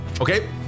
Okay